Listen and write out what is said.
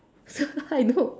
I know